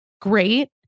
great